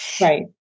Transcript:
Right